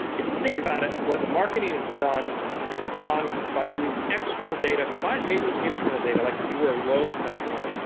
if you think about it, what marketing has done is it's gone. by using external data combined maybe with internal data, like if you were a loyalty customer.